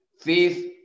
Fifth